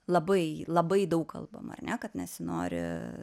labai labai daug kalbama ar ne kad nesinori